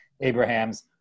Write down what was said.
Abraham's